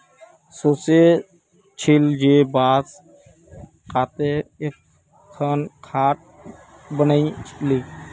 सोचे छिल जे बांस काते एकखन खाट बनइ ली